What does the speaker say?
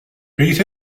beat